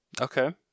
Okay